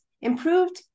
improved